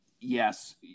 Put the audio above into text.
yes